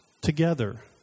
together